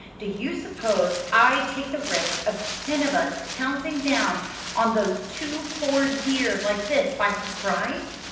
do you suppose i'd take the risk of ten of us pouncing down on those two poor dears like this by surprise?